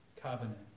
covenant